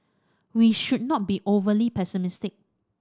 we should not be overly pessimistic